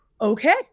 okay